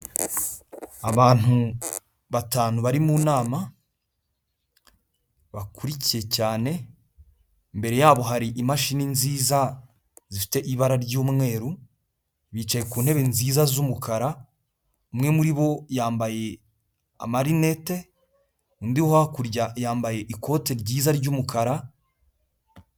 Abantu batanu bari mu nama bakurikiye cyane mbere yabo hari imashini nziza zifite ibara ry'umweru bicaye ku ntebe nziza z'umukara, umwe muri bo yambaye amarinete undi hakurya yambaye ikote ryiza ryumukara.